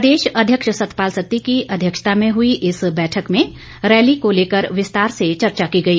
प्रदेश अध्यक्ष सतपाल सत्ती की अध्यक्षता में हुई इस बैठक में रैली को लेकर विस्तार से चर्चा की गई